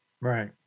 Right